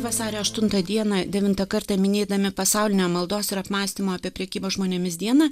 vasario aštuntą dieną devintą kartą minėdami pasaulinę maldos ir apmąstymo apie prekybą žmonėmis dieną